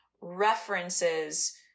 references